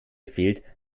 fehlt